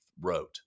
wrote